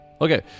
Okay